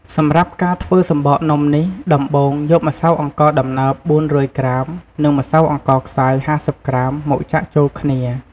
សម្រាប់ការធ្វើសំបកនំនេះដំបូងយកម្សៅអង្ករដំណើប ៤០០ក្រាម និងម្សៅអង្ករខ្សាយ៥០ក្រាមមកចាក់ចូលគ្នា។